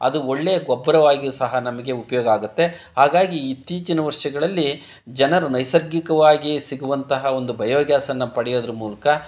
ಅದು ಒಳ್ಳೆಯ ಗೊಬ್ಬರವಾಗಿಯೂ ಸಹ ನಮಗೆ ಉಪಯೋಗ ಆಗುತ್ತೆ ಹಾಗಾಗಿ ಇತ್ತೀಚಿನ ವರ್ಷಗಳಲ್ಲಿ ಜನರು ನೈಸರ್ಗಿಕವಾಗಿಯೇ ಸಿಗುವಂತಹ ಒಂದು ಬಯೋಗ್ಯಾಸನ್ನು ಪಡೆಯೋದ್ರ ಮೂಲಕ